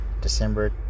December